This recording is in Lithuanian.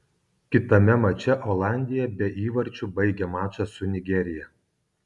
kitame mače olandija be įvarčių baigė mačą su nigerija